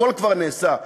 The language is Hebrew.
הכול כבר נעשה.